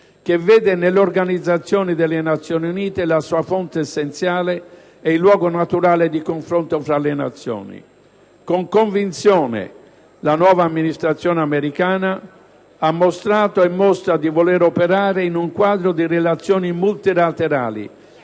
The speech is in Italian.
che vede nell'Organizzazione delle Nazioni Unite la sua fonte essenziale e il luogo naturale di confronto fra le nazioni. Con convinzione, la nuova amministrazione americana ha mostrato e mostra di voler operare in un quadro di relazioni multilaterali,